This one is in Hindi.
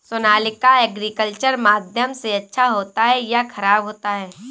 सोनालिका एग्रीकल्चर माध्यम से अच्छा होता है या ख़राब होता है?